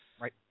Right